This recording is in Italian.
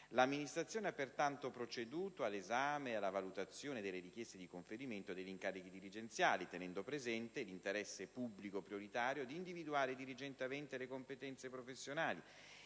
L'Amministrazione ha pertanto proceduto all'esame ed alla valutazione delle richieste di conferimento degli incarichi dirigenziali, tenendo presente l'interesse pubblico prioritario di individuare il dirigente avente le competenze professionali